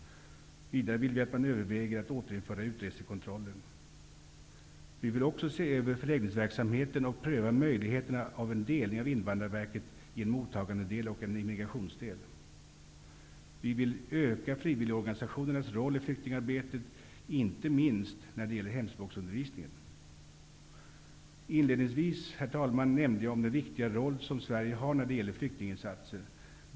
Vidare vill vi att man överväger att återinföra utresekontrollen. Vi vill också se över förläggningsverksamheten och pröva möjligheterna att dela Invandrarverket i en mottagandedel och en immigrationsdel. Vi vill öka frivilligorganisationernas roll i flyk tingarbetet, inte minst när det gäller hemspråks undervisningen. Inledningsvis, herr talman, nämde jag om den viktiga roll som Sverige har när det gäller flykting insatser.